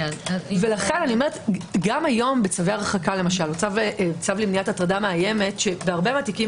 לכן גם היום בצווי הרחקה למשל או צו למניעת הטרדה מאיימת שבהרבה מהתיקים